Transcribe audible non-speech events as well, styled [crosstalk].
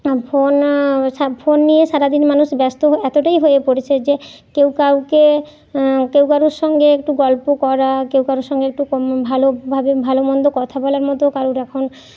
phone [unintelligible] phone নিয়ে সারাদিন মানুষ ব্যস্ত এতটাই হয়ে পড়েছে যে কেউ কাউকে কেউ কারোর সঙ্গে একটু গল্প করা কেউ কারোর সঙ্গে একটু কম ভালোভাবে ভালোমন্দ কথা বলার মতো কারোর এখন